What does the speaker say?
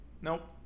Nope